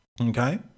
Okay